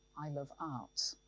i love art.